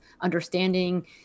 understanding